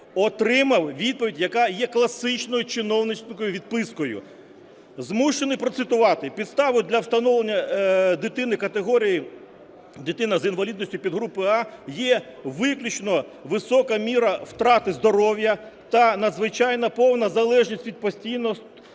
Отримав відповідь, яка є класичною чиновницькою відпискою. Змушений процитувати. "Підставою для встановлення дитині категорії "дитина з інвалідністю підгрупи А" є виключно висока міра втрати здоров'я та надзвичайна (повна) залежність від постійного